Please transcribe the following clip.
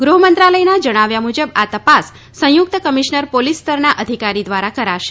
ગૃહમંત્રાલયના જણાવ્યા મુજબ આ તપાસ સંયુક્ત કમિશનર પોલીસ સ્તરના અધિકારી દ્રારા કરાશે